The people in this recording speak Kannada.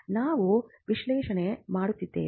ನಾವು ವಿಶ್ಲೇಷಣೆ ಮಾಡುತ್ತಿದ್ದೇವೆ